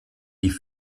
die